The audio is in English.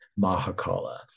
Mahakala